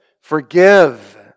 forgive